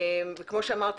כמו שאמרתי,